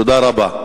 תודה רבה.